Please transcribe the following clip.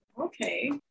Okay